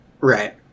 right